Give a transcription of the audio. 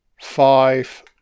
five